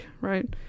right